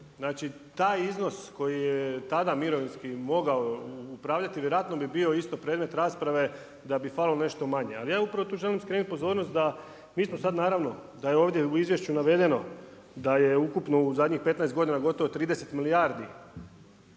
Znači taj iznos koji je tada mirovinski mogao upravljati, vjerojatno je isto bio predmet rasprave da bi falilo nešto manje. Ali ja upravo tu želim skrenuti pozornost da mi smo sad naravno, da je ovdje u izvješću navedeno, da je ukupno u zadnjih 15 godina, gotovo 30 milijardi